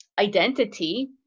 identity